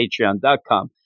patreon.com